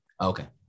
Okay